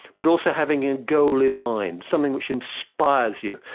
but also having a goal in mind, something which inspires you,